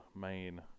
main